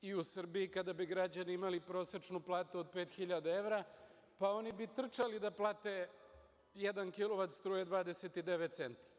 I u Srbiji kada bi građani imali prosečnu platu od 5000 evra, pa oni bi trčali da plate jedan kilovat struje 29 centi.